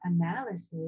analysis